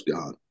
God